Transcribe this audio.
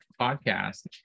podcast